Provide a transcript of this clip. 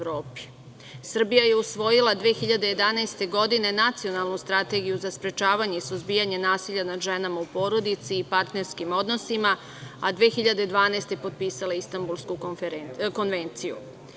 Srbija je usvojila 2011. godine Nacionalnu strategiju za sprečavanje i suzbijanje nasilja nad ženama u porodici i u partnerskim odnosima, a 2012. godine potpisala Istambulsku konvenciju.